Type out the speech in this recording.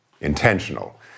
intentional